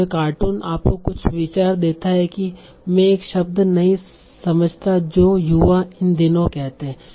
तो यह कार्टून आपको कुछ विचार देता है कि मैं एक शब्द नहीं समझता जो युवा इन दिनों कहते हैं